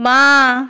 বাঁ